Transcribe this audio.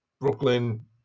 Brooklyn